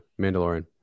Mandalorian